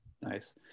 Nice